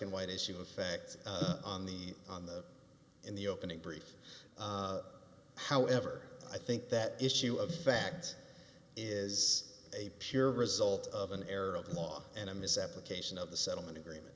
and white issue effect on the on the in the opening brief however i think that issue of fact is a pure result of an error of law and a misapplication of the settlement agreement